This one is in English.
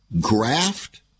graft